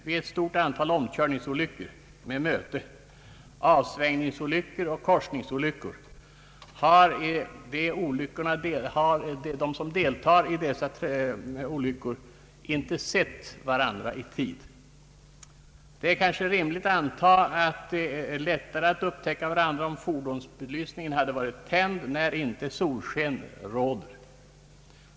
Vid ett stort antal omkörningsolyckor med möte, avsvängningsolyckor och korsningsolyckor har de inblandade trafikanterna inte sett varandra i tid. Det är kanske rimligt att anta att de lättare kunnat upptäcka varandra om fordonsbelysningen varit tänd, när inte solsken rått.